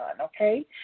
okay